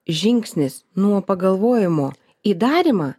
žingsnis nuo pagalvojimo į darymą